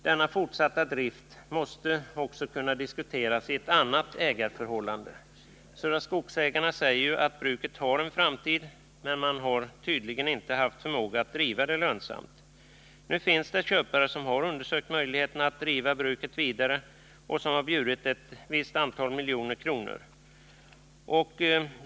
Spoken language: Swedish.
Denna fortsatta drift måste också kunna diskuteras vid ett annat ägarförhållande. Södra Skogsägarna säger ju att bruket har en framtid, men man har tydligen inte haft förmåga att driva det lönsamt. Nu finns det köpare som har undersökt möjligheterna att driva bruket vidare och som har bjudit ett visst antal miljoner kronor.